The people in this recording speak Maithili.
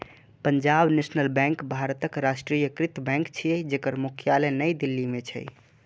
पंजाब नेशनल बैंक भारतक राष्ट्रीयकृत बैंक छियै, जेकर मुख्यालय नई दिल्ली मे छै